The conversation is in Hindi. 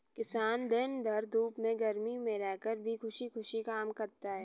किसान दिन भर धूप में गर्मी में रहकर भी खुशी खुशी काम करता है